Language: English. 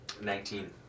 Nineteen